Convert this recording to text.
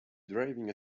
driving